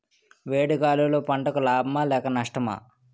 వేడి గాలులు పంటలకు లాభమా లేక నష్టమా?